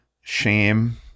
shame